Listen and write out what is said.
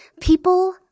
People